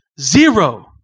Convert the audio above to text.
zero